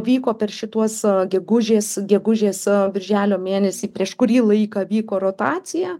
vyko per šituos gegužės gegužės birželio mėnesį prieš kurį laiką vyko rotacija